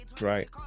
Right